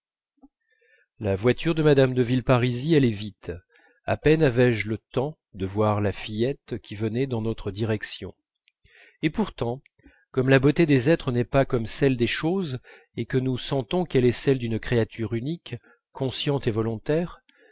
la voiture de mme de villeparisis allait vite à peine avais-je le temps de voir la fillette qui venait dans notre direction et pourtant comme la beauté des êtres n'est pas comme celle des choses et que nous sentons qu'elle est celle d'une créature unique consciente et volontaire